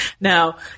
Now